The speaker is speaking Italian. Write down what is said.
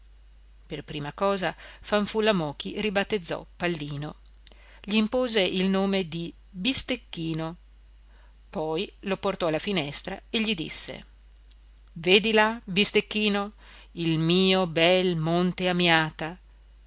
per prima cosa fanfulla mochi ribattezzò pallino gli impose il nome di bistecchino poi lo portò alla finestra e gli disse vedi là bistecchino il mio bel monte amiata